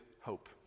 hope